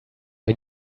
mir